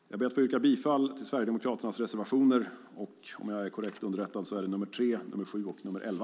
Jag yrkar bifall till Sverigedemokraternas reservationer nr 3, 7 och 11.